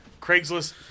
Craigslist